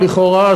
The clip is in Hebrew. לכאורה,